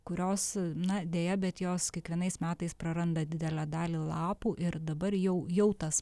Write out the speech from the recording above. kurios na deja bet jos kiekvienais metais praranda didelę dalį lapų ir dabar jau jau tas